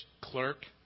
clerk